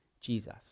Jesus